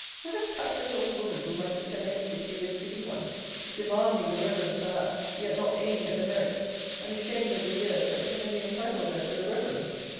what a captious old woman will my sister make, if she lives to be one demanding the reverence, perhaps, yet not aiming at the merit and ashamed of the years that can only entitle her to the reverence.